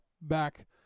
back